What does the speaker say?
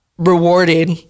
Rewarded